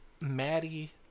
Maddie